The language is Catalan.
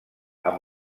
amb